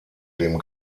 dem